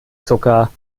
zucker